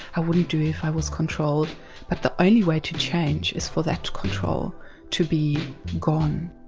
i wouldn't do if i was controlled' but the only way to change is for that to control to be gone,